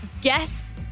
Guess